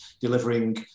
delivering